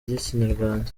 ry’ikinyarwanda